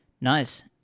Nice